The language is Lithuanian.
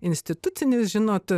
institucinis žinot